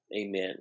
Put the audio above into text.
Amen